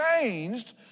changed